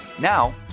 Now